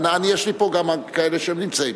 יש לי פה גם כאלה שנמצאים.